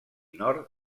nord